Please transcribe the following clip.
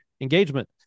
engagement